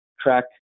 track